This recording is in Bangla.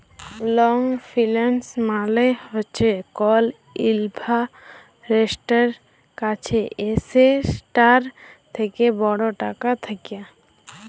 লং ফিল্যাল্স মালে হছে কল ইল্ভেস্টারের কাছে এসেটটার থ্যাকে বড় টাকা থ্যাকা